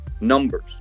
numbers